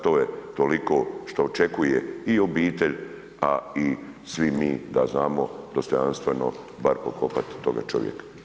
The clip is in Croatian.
To je toliko što očekuje i obitelj, a i svi mi, da znamo dostojanstveno bar pokopati toga čovjeka.